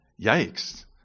yikes